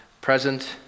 present